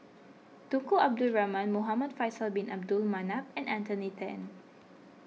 Tunku Abdul Rahman Muhamad Faisal Bin Abdul Manap and Anthony then